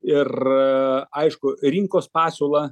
ir aišku rinkos pasiūlą